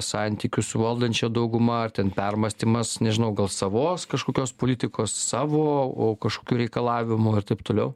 santykių su valdančiąja dauguma ar ten permąstymas nežinau gal savos kažkokios politikos savo kažkokių reikalavimų ir taip toliau